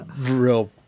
real